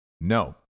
No